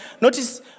notice